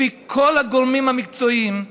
לפי כל הגורמים המקצועיים,